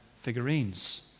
figurines